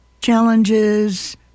challenges